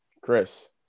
chris